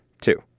Two